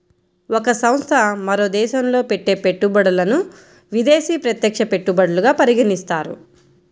ఒక సంస్థ మరో దేశంలో పెట్టే పెట్టుబడులను విదేశీ ప్రత్యక్ష పెట్టుబడులుగా పరిగణిస్తారు